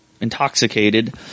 intoxicated